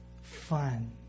fun